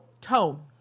tone